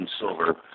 silver